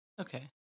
Okay